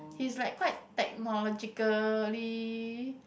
he's like quite technologically